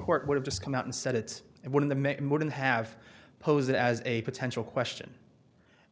court would have just come out and said it and one of the make more than have posed as a potential question